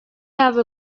have